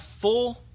full